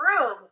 room